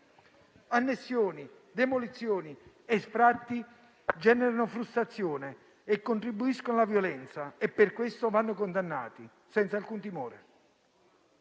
Annessioni, demolizioni e sfratti generano frustrazione e contribuiscono alla violenza e per questo vanno condannati, senza alcun timore.